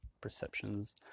perceptions